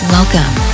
Welcome